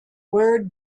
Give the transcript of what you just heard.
word